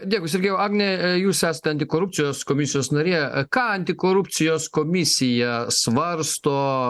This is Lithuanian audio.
dėkui sergėjau agne jūs esate antikorupcijos komisijos narė ką antikorupcijos komisija svarsto